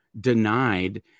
denied